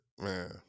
man